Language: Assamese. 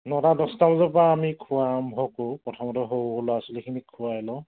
নটা দছটা বজাৰ পৰা আমি খোৱা আৰম্ভ কৰোঁ প্ৰথমতে সৰু সৰু ল'ৰা ছোৱালীখিনিক খোৱাই লওঁ